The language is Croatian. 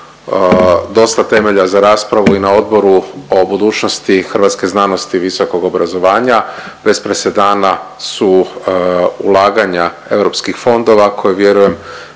dosta temelja za raspravu i na odboru o budućnosti Hrvatske znanosti i visokog obrazovanja, bez presedana su ulaganja europskih fondova koji vjerujem